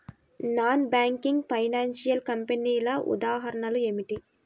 Non banking financial కంపెనీల ఉదాహరణలు ఏమిటి?